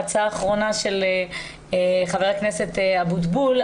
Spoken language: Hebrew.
הצעה אחרונה של חבר הכנסת אבוטבול.